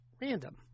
random